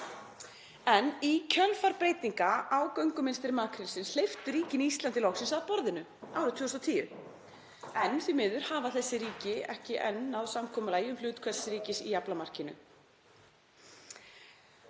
Í kjölfar breytinga á göngumynstri makrílsins hleyptu ríkin Íslandi loksins að borðinu árið 2010 en því miður hafa þessi ríki ekki enn náð samkomulagi um hlut hvers ríkis í aflamarkinu.